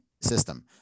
system